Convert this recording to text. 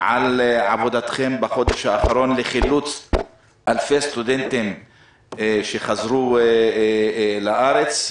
על עבודתכם בחודש האחרון לחילוץ אלפי סטודנטים שחזרו לארץ.